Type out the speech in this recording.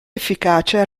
efficacia